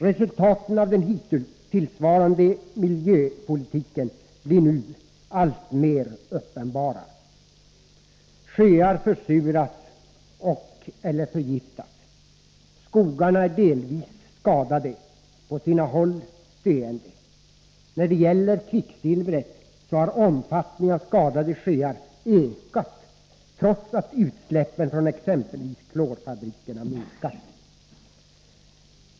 Resultaten av den hittillsvarande miljöpolitiken blir nu alltmer uppenbara. Sjöar försuras och/eller förgiftas. Skogarna är delvis skadade, på sina håll döende. När det gäller kvicksilvret har omfattningen av skadade sjöar ökat, trots att utsläppen från exempelvis klorfabrikerna minskat.